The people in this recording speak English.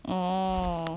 orh